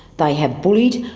they have bullied,